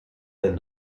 del